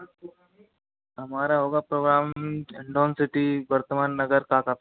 हमारा होगा programme lawn city वर्तमान नगर काका पैलेस में